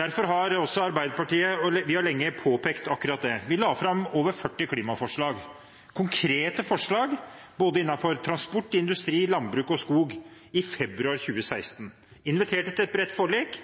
Arbeiderpartiet har lenge påpekt akkurat det. Vi la fram over 40 klimaforslag, konkrete forslag innenfor både transport, industri, landbruk og skog, i februar 2016. Vi inviterte til et bredt forlik.